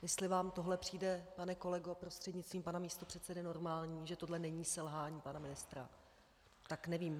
Jestli vám tohle přijde, pane kolego prostřednictvím pana místopředsedy, normální, že tohle není selhání pana ministra, tak nevím.